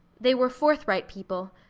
they were forthright people.